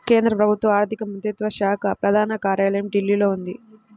కేంద్ర ప్రభుత్వ ఆర్ధిక మంత్రిత్వ శాఖ ప్రధాన కార్యాలయం ఢిల్లీలో ఉంది